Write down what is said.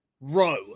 Row